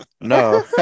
no